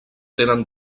tenen